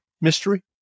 mystery